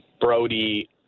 Brody